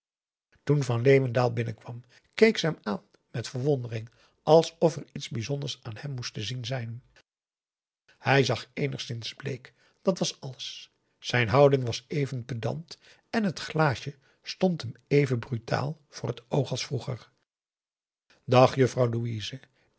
toen van leeuwendaal binnenkwam keek ze hem aan met verwondering alsof er iets bijzonders aan hem moest te zien zijn p a daum de van der lindens c s onder ps maurits hij zag eenigszins bleek dat was alles zijn houding was even pedant en t glaasje stond hem even brutaal voor het oog als vroeger dag juffrouw